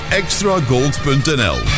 extragold.nl